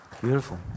Beautiful